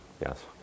yes